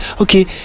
okay